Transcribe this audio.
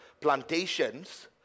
plantations